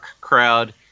crowd